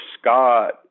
Scott